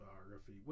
biography